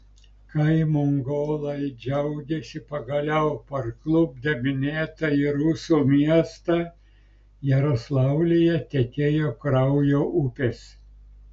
kai mongolai džiaugėsi pagaliau parklupdę minėtąjį rusų miestą jaroslavlyje tekėjo kraujo upės